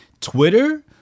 Twitter